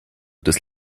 des